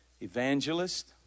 evangelist